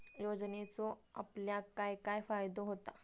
योजनेचो आपल्याक काय काय फायदो होता?